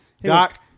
Doc